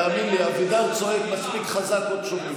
תאמין, אבידר צועק מספיק חזק, עוד שומעים.